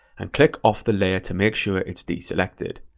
and click off the layer to make sure it's deselected.